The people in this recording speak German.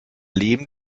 leben